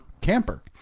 camper